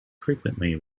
frequently